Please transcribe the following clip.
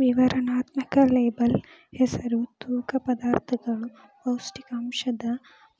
ವಿವರಣಾತ್ಮಕ ಲೇಬಲ್ ಹೆಸರು ತೂಕ ಪದಾರ್ಥಗಳು ಪೌಷ್ಟಿಕಾಂಶದ